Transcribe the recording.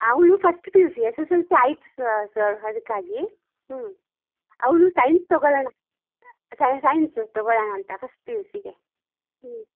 ಅವಳು first P U C S S L C ಆಯ್ತು sir sir ಅದಕ್ಕಾಗಿ ಹ್ಞೂ ಅವಳು ಸೈನ್ಸ್ ತಗೊಳ್ಳೋಣ ಸೈನ್ಸು ತಗೊಳ್ಳೋಣ ಅಂತ ಫಸ್ಟ್ ಪಿ ಯು ಸಿಗೆ ಹ್ಞೂ